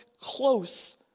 close